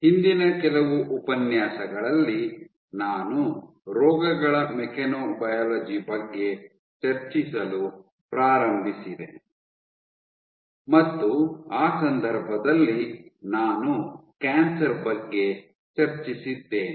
ಹಿಂದಿನ ಕೆಲವು ಉಪನ್ಯಾಸಗಳಲ್ಲಿ ನಾನು ರೋಗಗಳ ಮೆಕ್ಯಾನೊಬಯಾಲಜಿ ಬಗ್ಗೆ ಚರ್ಚಿಸಲು ಪ್ರಾರಂಭಿಸಿದೆ ಮತ್ತು ಆ ಸಂದರ್ಭದಲ್ಲಿ ನಾನು ಕ್ಯಾನ್ಸರ್ ಬಗ್ಗೆ ಚರ್ಚಿಸಿದ್ದೇನೆ